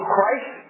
Christ